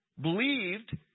believed